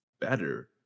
better